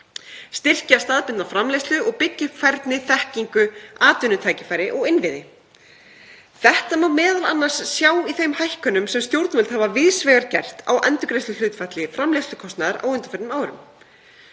styrkja staðbundna framleiðslu og byggja upp færni, þekkingu, atvinnutækifæri og innviði. Þetta má m.a. sjá í þeim hækkunum sem stjórnvöld víðs vegar hafa gert á endurgreiðsluhlutfalli framleiðslukostnaðar á undanförnum árum.